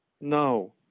No